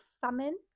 Famine